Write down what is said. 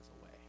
away